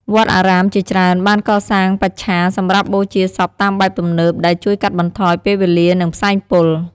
វត្តអារាមជាច្រើនបានកសាងបច្ឆាសម្រាប់បូជាសពតាមបែបទំនើប ដែលជួយកាត់បន្ថយពេលវេលា និងផ្សែងពុល។